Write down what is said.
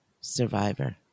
survivor